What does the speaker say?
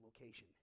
location